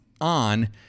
ON